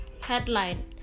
headline